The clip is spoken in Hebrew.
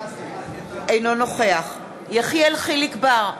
אינו נוכח יחיאל חיליק בר,